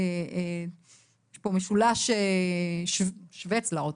יש פה משולש שווה צלעות.